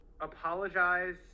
apologize